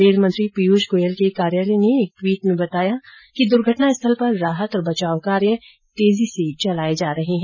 rail मंत्री पीयष गोयल के कार्यालय ने एक ट्वीट में बताया कि दुर्घटना स्थल पर राहत और बचाव कार्य तेजी से चलाए जा रहे हैं